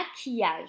maquillage